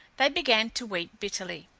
they began to weep bitterly.